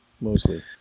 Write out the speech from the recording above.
Mostly